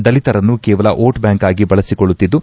ದಲಿತರನ್ನು ಕೇವಲ vote bank ಆಗಿ ಬಳಸಿಕೊಳ್ಳುತ್ತಿದ್ದು